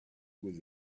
was